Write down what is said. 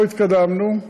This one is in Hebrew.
שלא התקדמנו,